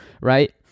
right